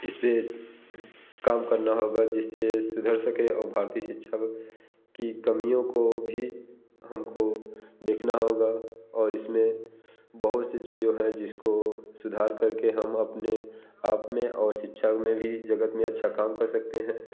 इस पर काम करना होगा जिससे सुधर सके और भारतीय शिक्षा की कमियों को भी हम को देखना होगा और इस में बहुत सी चीज़ें हैं जिसको सुधार कर के हम अपने आप में और शिक्षा में भी जगत में अच्छा काम कर सकते हैं